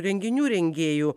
renginių rengėjų